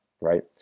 Right